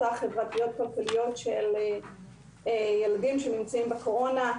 החברתיות-כלכליות על ילדים שנמצאים בקורונה.